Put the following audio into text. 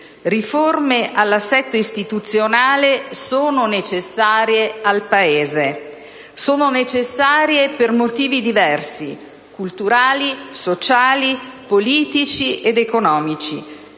riforme all'assetto istituzionale sono necessarie al Paese. Sono necessarie per motivi diversi: culturali, sociali, politici ed economici.